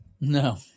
No